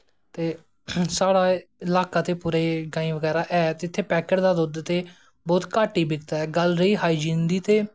ते साढ़े ल्हाकें ते पूरे गायें बगैरा ऐ ते इत्थें पैकेट दा दुध्द ते बौह्त घट्ट गै बिकदा ऐ गल्ल रेही हाईजीन दी ते